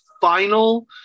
final